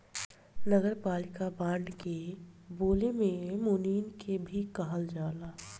नगरपालिका बांड के बोले में मुनि के भी कहल जाला